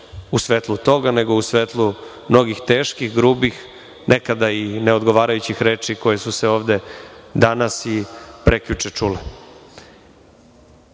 u svetlu toga, nego u svetlu mnogih teških, grubih, nekada i ne odgovarajućih reči koje su se ovde danas i prekjuče